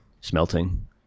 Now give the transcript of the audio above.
smelting